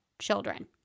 children